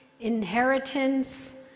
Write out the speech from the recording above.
inheritance